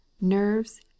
NERVES